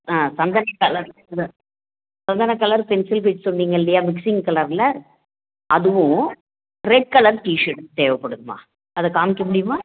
ஆ சந்தன கலரில் சந்தன கலர் பென்சில் ஃபிட் சொன்னீங்க இல்லையா மிக்சிங் கலரில் அதுவும் ரெட் கலர் டீஷர்ட்டும் தேவைப்படுதும்மா அதை காமிக்க முடியுமா